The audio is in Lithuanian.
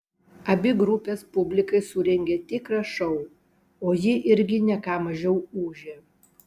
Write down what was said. abi grupės publikai surengė tikrą šou o ji irgi ne ką mažiau ūžė